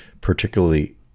particularly